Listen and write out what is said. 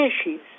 species